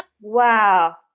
Wow